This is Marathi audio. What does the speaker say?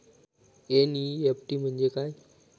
एन.ई.एफ.टी म्हणजे काय?